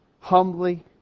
humbly